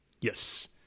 Yes